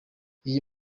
iyi